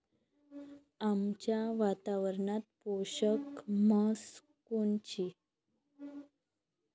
आमच्या वातावरनात पोषक म्हस कोनची?